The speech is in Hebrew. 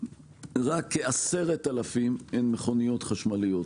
רק כ-10,000 הן מכוניות חשמליות.